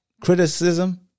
criticism